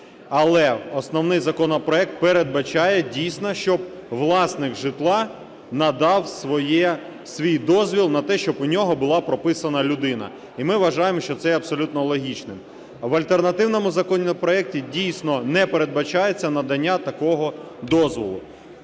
Але основний законопроект передбачає, дійсно, щоб власник житла надав свій дозвіл на те, щоб у нього була прописана людина. І ми вважаємо, що це є абсолютно логічним. В альтернативному законопроекті, дійсно, не передбачається надання такого дозволу.